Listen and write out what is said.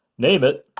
name it.